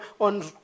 on